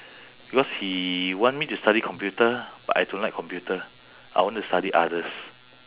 because he want me to study computer but I don't like computer I want to study others